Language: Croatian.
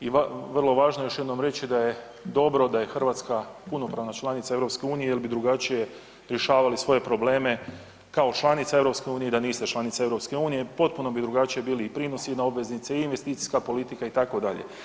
I vrlo važno je još jednom reći da je dobro da je Hrvatska punopravna članica EU jel bi drugačije rješavali svoje probleme kao članica EU i da niste članica EU potpuno bi drugačiji bili i prinosi na obveznice i investicijska politika itd.